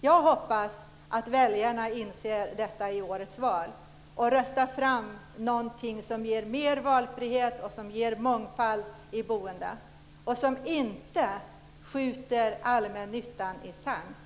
Jag hoppas att väljarna inser detta i årets val och röstar fram något som ger mer valfrihet, något som ger mångfald i boendet och som inte skjuter allmännyttan i sank.